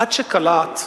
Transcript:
עד שקלט,